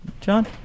john